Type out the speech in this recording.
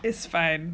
it's fine